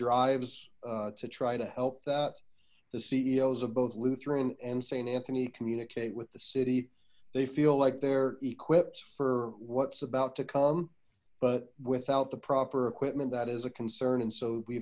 drives to try to help that the ceos of both lutheran and saint anthony communicate with the city they feel like they're equipped for what's about to come but without the proper equipment that is a concern and so we